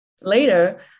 Later